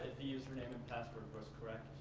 the username and password was correct?